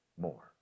more